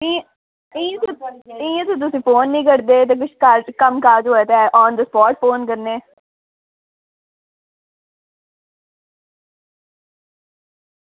इंया तुस फोन निं करने ते कम्म होऐ ते ऑन द स्पॉट फोन करदे